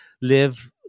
live